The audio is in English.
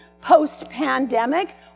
post-pandemic